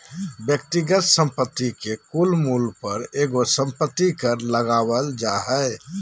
व्यक्तिगत संपत्ति के कुल मूल्य पर एगो संपत्ति कर लगावल जा हय